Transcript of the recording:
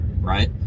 right